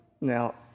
Now